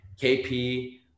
KP